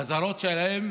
את האזהרות שלהם